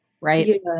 Right